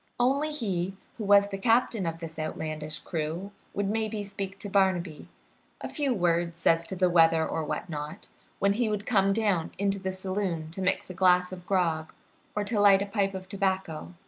only he who was the captain of this outlandish crew would maybe speak to barnaby a few words as to the weather or what not when he would come down into the saloon to mix a glass of grog or to light a pipe of tobacco,